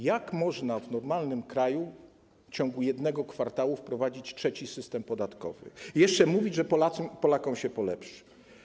Jak można w normalnym kraju w ciągu jednego kwartału wprowadzić trzeci system podatkowy i jeszcze mówić, że Polakom się polepszy?